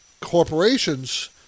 corporations